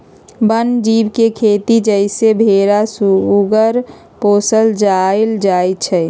वन जीव के खेती जइसे भेरा सूगर पोशल जायल जाइ छइ